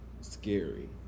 scary